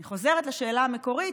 אני חוזרת לשאלה המקורית,